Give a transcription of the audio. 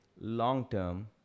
long-term